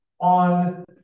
on